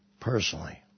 personally